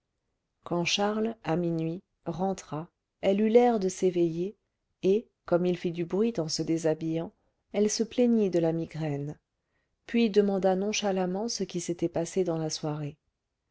quand charles à minuit rentra elle eut l'air de s'éveiller et comme il fit du bruit en se déshabillant elle se plaignit de la migraine puis demanda nonchalamment ce qui s'était passé dans la soirée